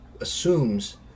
assumes